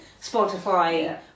Spotify